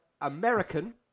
American